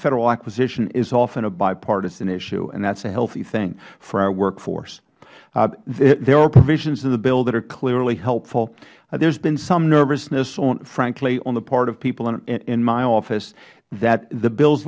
federal acquisition is often a bipartisan issue and that is a healthy thing for our workforce there are provisions in the bill that are clearly helpful there has been some nervousness frankly on the part of people in my office that the bills